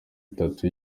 itatu